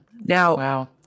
Now